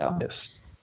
Yes